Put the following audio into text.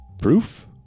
proof